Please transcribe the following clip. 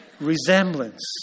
resemblance